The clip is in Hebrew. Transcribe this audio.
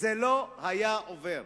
זה לא היה עובר.